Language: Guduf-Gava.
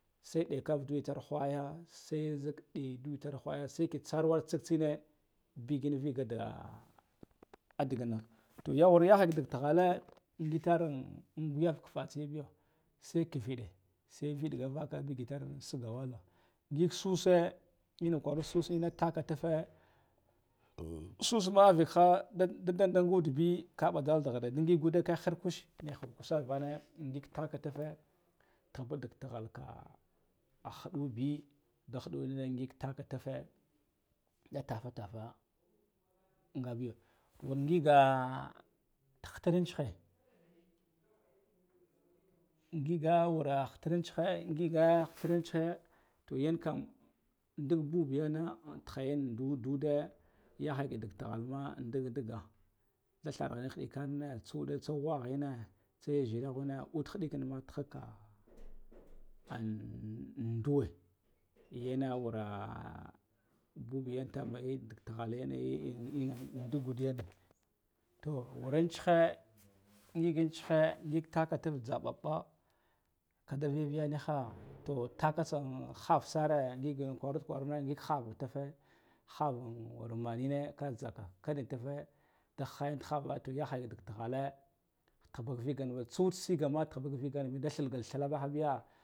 Sai dayakavda itar whaya sai ki tsar war tsigine bigin vaga da adigno, to ya wur yahaya dik tighale ngitaran an gu yav ka fatsiyabiyo sai kivide se viɗga vaka bigtar shigawalo ngig suse, ina ka arud susane taka tufe sussma avekha da da dan nga udbi, ka ɓadal da ghire da ngig ude ka harkash ni hir kusavane ngig taka tufe, tihba dik tighal ka a huɗu bi da hiɗuwina ngig taka tife, da tafa tafa ngabiyo wur ngig ti hidirin tsehe ngiga wara hitirin tsihe ngiga hitirin tsihe, to yan kam ndik bub yene tiha yan ka ndu du ada yahaya ke dik tighalma a ndiga diga thadghirin hidikane tsa uda tsa whaghene tsa zireghune ud hiɗikin ma tihaka, amma nduwe yena wara bub yen tama eh dik tighal yene ina ndugud yen to wara in tsihe ngig intsihe ngig taka tuf jha ɓab ɓa kada viya viga niha, to taka tsan hafsa are ngig ina kwarud kwane ngig havan ti fe havan us manine jhakaka ni tufe da higin ti hava yahaya dik tighale tahba ka vigan ud sigama tihba ka viganbi da thalga thilabahabiya.